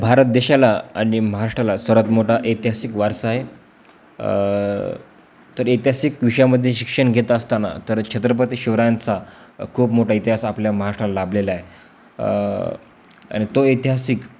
भारत देशाला आणि महाराष्ट्राला सर्वात मोठा ऐतिहासिक वारसा आहे तर ऐतिहासिक विषयामध्ये शिक्षण घेत असताना तर छत्रपती शिवरायांचा खूप मोठा इतिहास आपल्या महाराष्ट्राला लाभलेला आहे आणि तो ऐतिहासिक